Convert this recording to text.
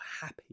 happy